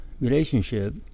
relationship